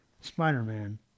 Spider-Man